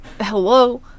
Hello